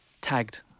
tagged